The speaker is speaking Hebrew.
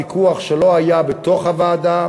ויכוח שלא היה בתוך הוועדה,